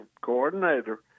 coordinator